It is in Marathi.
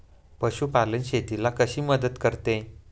पशुपालन शेतीला कशी मदत करते?